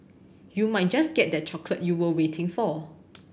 you might just get that chocolate you were waiting for